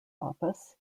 office